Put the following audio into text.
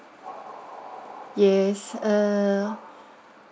yes err